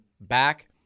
back